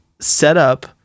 setup